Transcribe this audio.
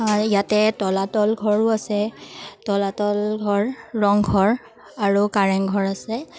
ইয়াতে তলাতল ঘৰো আছে তলাতল ঘৰ ৰংঘৰ আৰু কাৰেংঘৰ আছে